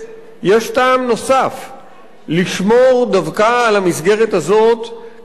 יש טעם נוסף לשמור דווקא על המסגרת הזאת כמסגרת